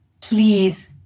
please